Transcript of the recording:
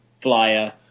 flyer